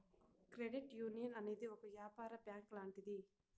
credit union అనేది ఒక యాపార బ్యాంక్ లాంటిది